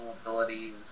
abilities